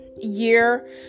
year